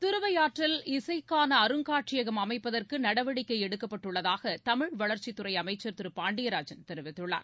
திருவையாற்றில் இசைக்கான அருங்காட்சியகம் அமைப்பதற்கு நடவடிக்கைகள் எடுக்கப்பட்டுள்ளதாக தமிழ் வளர்ச்சித் துறை அமைச்சர் திரு பாண்டியராஜன் தெரிவித்துள்ளார்